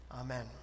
Amen